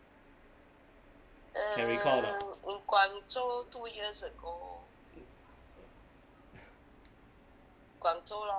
can recall or not